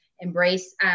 embrace